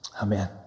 Amen